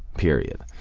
period.